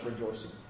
rejoicing